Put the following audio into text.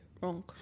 Wrong